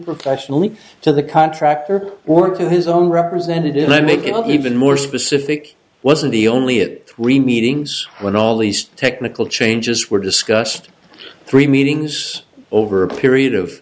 professionally to the contractor work to his own representative let me get even more specific wasn't the only three meetings when all these technical changes were discussed three meetings over a period of